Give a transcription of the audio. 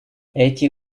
эти